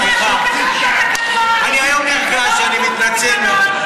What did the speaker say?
סליחה, אני היום נרגש, אני מתנצל.